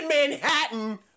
Manhattan